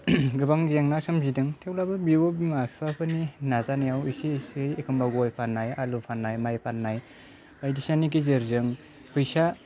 गोबां जेंना सोमजिदों थेवब्लाबो बिब' बिमा बिफाफोरनि नाजानायाव एसे एसे एखमबा गय फाननाय आलु फाननाय माइ फाननाय बायदिसिनानि गेजेरजों फैसा